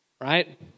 Right